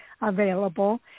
available